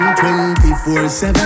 24-7